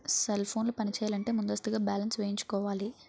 cell ఫోన్లు పనిచేయాలంటే ముందస్తుగా బ్యాలెన్స్ వేయించుకోవాలి